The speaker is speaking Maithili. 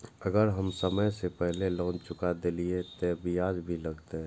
अगर हम समय से पहले लोन चुका देलीय ते ब्याज भी लगते?